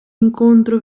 incontro